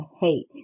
hate